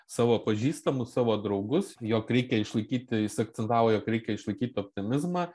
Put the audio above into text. savo pažįstamus savo draugus jog reikia išlaikyti jis akcentavo jog reikia išlaikyt optimizmą